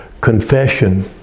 Confession